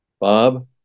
Bob